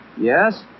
Yes